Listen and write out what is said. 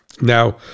Now